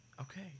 Okay